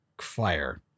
fire